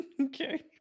Okay